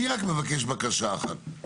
אני רק מבקש בקשה אחת,